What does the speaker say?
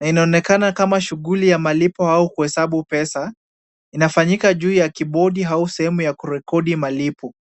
na inaonekana kama shughuli ya malipo au kuhesabu pesa, inafanyika juu ya kibodi au sehemu ya kurekodi malipo.